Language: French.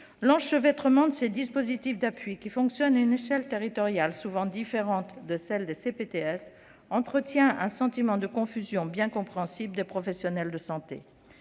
L'enchevêtrement de ces dispositifs d'appui, qui fonctionnent à une échelle territoriale souvent différente de celle des CPTS, entretient un sentiment de confusion bien compréhensible chez les professionnels de santé.